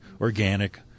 organic